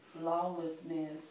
lawlessness